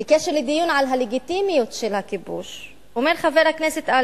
בקשר לדיון על הלגיטימיות של הכיבוש אומר חבר הכנסת: